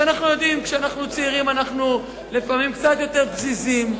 ואנחנו יודעים שכשאנחנו צעירים לפעמים אנחנו קצת יותר פזיזים,